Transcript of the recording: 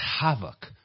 havoc